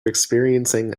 experiencing